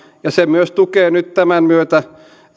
ja se myös tukee nyt tämän myötä